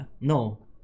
No